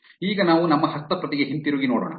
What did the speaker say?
ಈಗ ನಾವು ನಮ್ಮ ಹಸ್ತಪ್ರತಿಗೆ ಹಿಂತಿರುಗಿ ನೋಡೋಣ